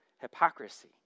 hypocrisy